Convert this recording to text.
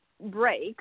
break